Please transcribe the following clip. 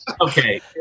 Okay